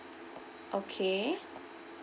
okay